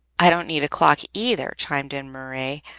i don't need a clock either, chimed in marie,